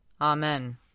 Amen